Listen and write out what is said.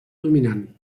dominant